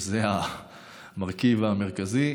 שהוא המרכיב המרכזי,